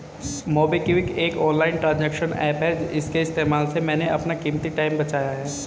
MobiKwik एक online transaction app है इसके इस्तेमाल से मैंने अपना कीमती टाइम बचाया है